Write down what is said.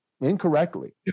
incorrectly